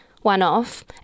one-off